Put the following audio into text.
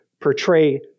portray